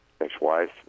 ex-wife